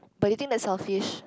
but do you think that's selfish